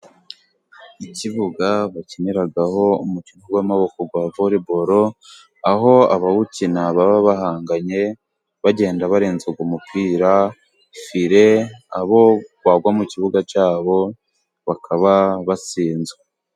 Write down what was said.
Ikibuga bakiniraho umukino w'amabokoko wa voleboro, aho abawukina baba bahanganye, bagenda barenza uyu mupira file abo wagwa mu kibuga cyabo bakaba batsinzwe.